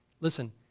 listen